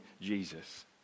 Jesus